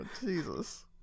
Jesus